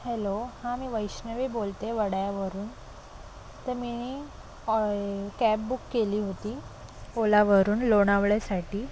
hello हां मी वैष्णवी बोलते वडाळ्यावरून ते मी ओय कॅब बुक केली होती ओलावरून लोणावळ्यासाठी